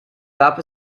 gab